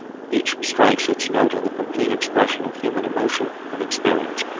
each strikes its note in the complete expression of human emotion and experience.